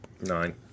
Nine